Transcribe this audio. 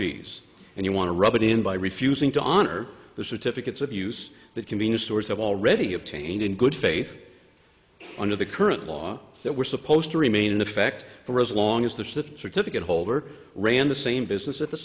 fees and you want to rub it in by refusing to honor the certificates of use that convenience stores have already obtained in good faith under the current law that were supposed to remain in effect for as long as the certificate holder ran the same business at the